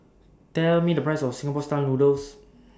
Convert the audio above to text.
Tell Me The Price of Singapore Style Noodles